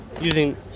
using